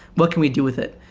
what can we do with it?